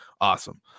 Awesome